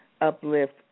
uplift